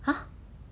!huh!